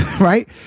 right